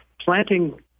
planting